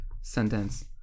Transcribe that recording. sentence